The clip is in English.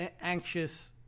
anxious